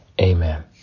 Amen